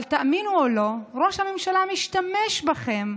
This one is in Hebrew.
אבל תאמינו או לא, ראש הממשלה משתמש בכם.